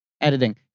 editing